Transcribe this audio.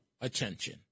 attention